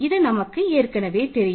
இது நமக்கு ஏற்கனவே தெரியும்